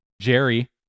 Jerry